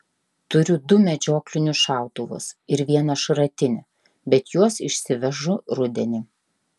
turiu du medžioklinius šautuvus ir vieną šratinį bet juos išsivežu rudenį